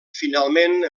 finalment